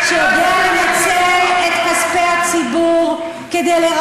שיודע לנצל את כספי הציבור, שיודע